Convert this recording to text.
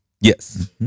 Yes